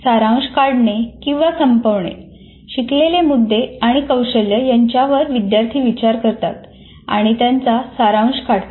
सारांश काढणे किंवा संपवणे शिकलेले मुद्दे आणि कौशल्य यांच्यावर विद्यार्थी विचार करतात आणि त्यांचा सारांश काढतात